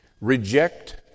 reject